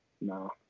No